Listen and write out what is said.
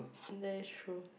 that is true